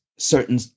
certain